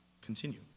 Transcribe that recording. continue